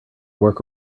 work